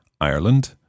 Ireland